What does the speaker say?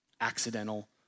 accidental